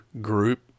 group